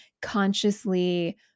consciously